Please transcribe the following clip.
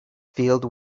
filled